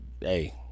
hey